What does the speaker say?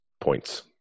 points